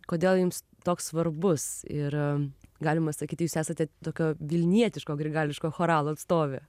kodėl jums toks svarbus ir galima sakyti jūs esate tokio vilnietiško grigališkojo choralo atstovė